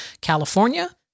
California